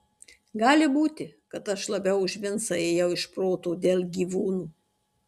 gali būti kad aš labiau už vincą ėjau iš proto dėl gyvūnų